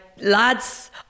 lads